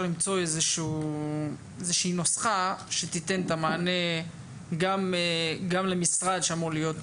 למצוא איזושהי נוסחה שתיתן את המענה גם למשרד שאמור להיות